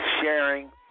sharing